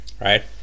Right